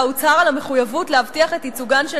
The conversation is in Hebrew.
ובה הוצהר על המחויבות להבטיח את ייצוגן של